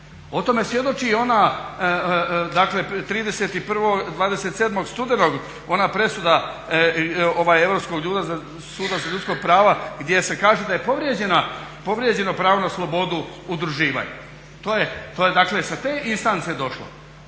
O tome svjedoči i ona, dakle 27.studenog ona presuda Europskog suda za ljudska prava gdje se kaže da je povrijeđeno pravo na slobodu udruživanja. To je dakle sa te instance došlo